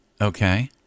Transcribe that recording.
Okay